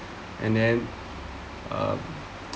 and then uh